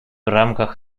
рамках